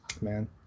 man